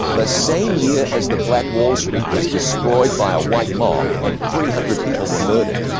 the same year as the black wall street was destroyed by a white mob and three hundred people were murdered,